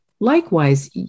Likewise